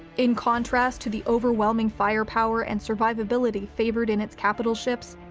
in contrast to the overwhelming firepower and survivability favored in its capital ships,